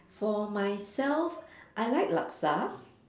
for myself I like laksa